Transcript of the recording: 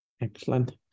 Excellent